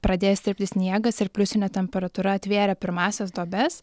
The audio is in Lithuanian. pradėjęs tirpti sniegas ir pliusinė temperatūra atvėrė pirmąsias duobes